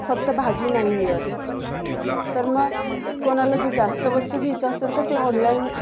फक्त भाजी नाही मिळत तर मग कोणाला जर जास्त वस्तू घ्यायच्या असतील तर ते ऑनलाईन